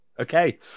Okay